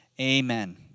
amen